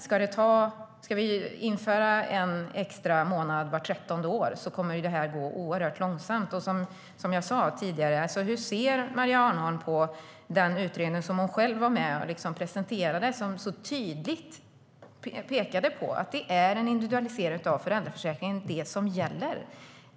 Ska vi införa en extra månad vart 13:e år kommer det här att gå oerhört långsamt. Jag ställde tidigare frågan hur Maria Arnholm ser på den utredning som hon själv var med och presenterade och som så tydligt pekade på att det är en individualisering av föräldraförsäkringen som gäller.